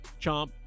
Chomp